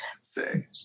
say